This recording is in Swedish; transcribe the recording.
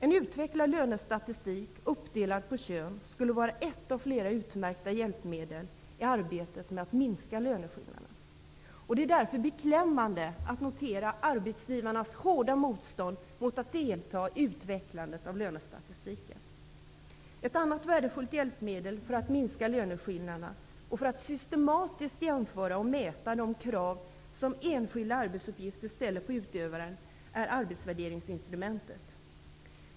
En utvecklad lönestatistik uppdelad på kön skulle vara ett av flera utmärkta hjälpmedel i arbetet med att minska löneskillnaderna. Det är därför beklämmande att notera arbetsgivarnas hårda motstånd mot att delta i utvecklandet av lönestatistiken. Ett annat värdefullt hjälpmedel för att minska löneskillnaderna och för att systematiskt jämföra och mäta de krav som enskilda arbetsuppgifter ställer på utövaren är arbetsvärderingsinstrumentet.